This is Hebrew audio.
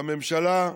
שהממשלה,